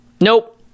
nope